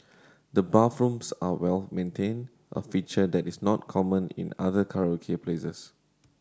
the bathrooms are well maintained a feature that is not common in other karaoke places